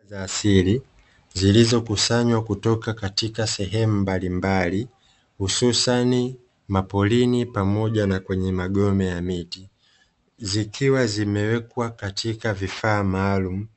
Dawa za asili zilizokusanywa kutoka katika sehemu mbalimbali hususani maporini pamoja na kwenye magome ya miti, zikiwa zimewekwa katika vifaa maalum